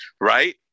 right